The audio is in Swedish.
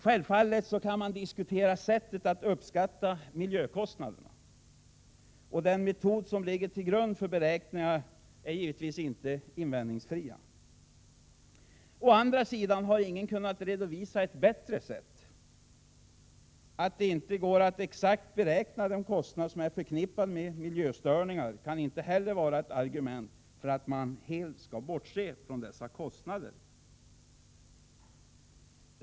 Självfallet kan man diskutera sättet att uppskatta miljökostnaderna, och den metod som ligger till grund för beräkningarna är givetvis inte invändningsfri. Å andra sidan har ingen kunnat redovisa ett bättre sätt. Att det inte går att exakt beräkna de kostnader som är förknippade med miljöstörningar kan inte heller vara ett argument för att man helt skall bortse från dessa kostnader.